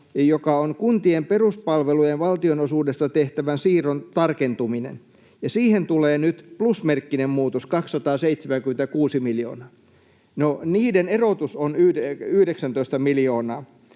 joka on kuntien peruspalvelujen valtionosuudesta tehtävän siirron tarkentuminen, ja siihen tulee nyt plusmerkkinen muutos, 276 miljoonaa. No, niiden erotus on 19 miljoonaa.